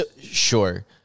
sure